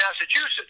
Massachusetts